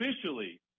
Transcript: officially